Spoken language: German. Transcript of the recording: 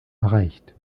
erreicht